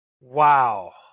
wow